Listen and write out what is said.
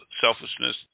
selfishness